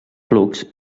flux